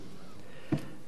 סהדי במרומים,